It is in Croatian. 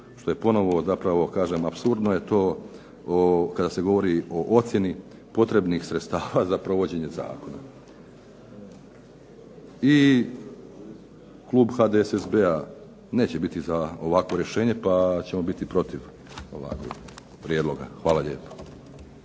što je ponovo da pravo kažem apsurdno je to, kada se govori o ocjeni potrebnih sredstava za provođenje zakona. I klub HDSSB-a neće biti za ovakvo rješenje pa ćemo biti protiv ovakvog prijedloga. Hvala lijepa.